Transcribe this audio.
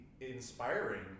inspiring